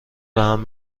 بهم